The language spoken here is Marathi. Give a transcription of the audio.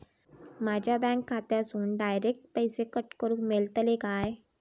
माझ्या बँक खात्यासून डायरेक्ट पैसे कट करूक मेलतले काय?